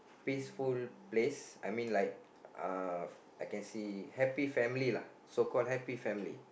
peaceful places I mean like uh happy family lah so call happy family